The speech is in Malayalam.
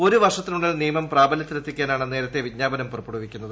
ഒരു വർഷത്തിനുള്ളിൽ നിയമം പ്രാബല്യത്തിലെത്തിക്കാനാണ് നേരത്തെ വിജ്ഞാപനം പുറപ്പെടുവിക്കുന്നത്